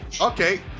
Okay